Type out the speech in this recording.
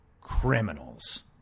Criminals